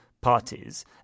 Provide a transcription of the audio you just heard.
parties